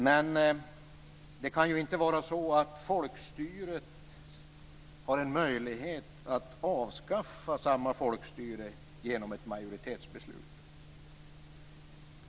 Men det kan inte vara så att folkstyret har en möjlighet att avskaffa samma folkstyre genom ett majoritetsbeslut.